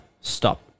stop